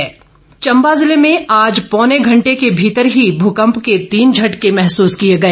भुकम्प चम्बा ज़िले में आज पौने घण्टे के भीतर ही भूकम्प के तीन झटके महसूस किए गए